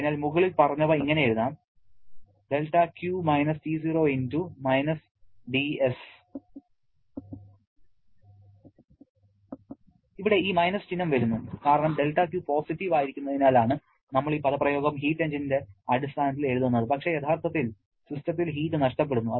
അതിനാൽ മുകളിൽ പറഞ്ഞവ ഇങ്ങനെ എഴുതാം δQ - T0 - dS ഇവിടെ ഈ മൈനസ് ചിഹ്നം വരുന്നു കാരണം δQ പോസിറ്റീവ് ആയിരിക്കുന്നതിനാലാണ് നമ്മൾ ഈ പദപ്രയോഗം ഹീറ്റ് എഞ്ചിന്റെ അടിസ്ഥാനത്തിൽ എഴുതുന്നത് പക്ഷേ യഥാർത്ഥത്തിൽ സിസ്റ്റത്തിൽ ഹീറ്റ് നഷ്ടപ്പെടുന്നു